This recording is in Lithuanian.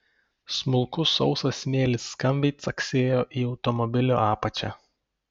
smulkus sausas smėlis skambiai caksėjo į automobilio apačią